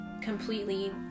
completely